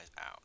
out